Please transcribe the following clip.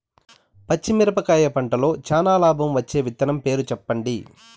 పచ్చిమిరపకాయ పంటలో చానా లాభం వచ్చే విత్తనం పేరు చెప్పండి?